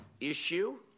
issue